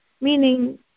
meaning